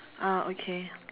ah okay